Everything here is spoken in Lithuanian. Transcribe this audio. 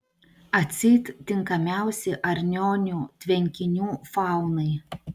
atseit tinkamiausi arnionių tvenkinių faunai